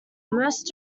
most